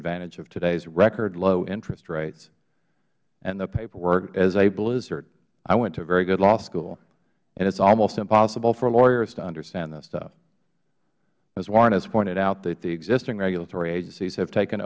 advance of today's recordlow interest rates and the paperwork is a blizzard i went to a very good law school and it is almost impossible for lawyers to understand this stuff ms warren has pointed out that the existing regulatory agencies have taken